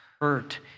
hurt